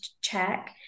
check